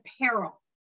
peril